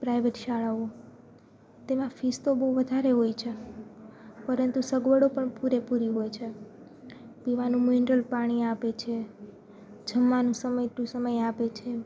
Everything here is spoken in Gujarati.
પ્રાઈવેટ શાળાઓ તેમાં ફિઝ તો બહુ વધારે હોય છે પરંતુ સગવડો પણ પૂરેપૂરી હોય છે પીવાનું મિનરલ પાણી આપે છે જમવાનું સમય ટુ સમય આપે છે